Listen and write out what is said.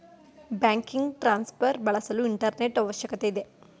banking transfer ಬಳಸಲು internet ಅವಶ್ಯಕತೆ ಇದೆ